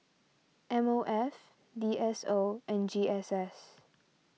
M O F D S O and G S S